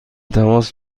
تماس